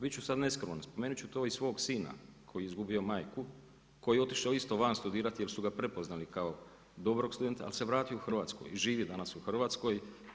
Biti ću i sad neskroman, spomenuti ću to i svog sina, koji je izgubio majku, koji je otišao isto van studirati, jer su ga prepoznali kao dobrog studenta, ali se vratio u Hrvatsku i živi danas u Hrvatskoj.